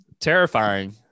terrifying